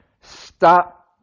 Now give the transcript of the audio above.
stop